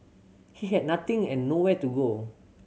he had nothing and nowhere to go